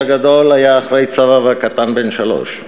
שהגדול היה אחרי צבא והקטן בן שלוש.